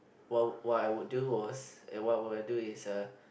wha~ what I would do what would I do is a